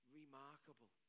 remarkable